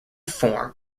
form